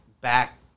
back